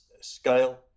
scale